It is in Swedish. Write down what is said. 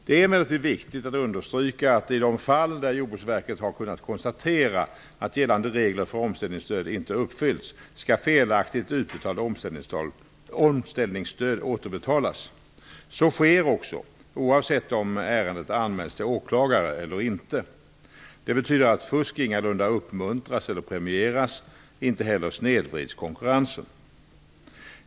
Det är emellertid viktigt att understryka att i de fall där Jordbruksverket har kunnat konstatera att gällande regler för omställningsstöd inte uppfyllts, skall felaktigt utbetalt omställningsstöd återbetalas. Så sker också, oavsett om ärendet anmälts till åklagare eller inte. Det betyder att fusk ingalunda uppmuntras eller premieras. Inte heller snedvrids konkurrensen.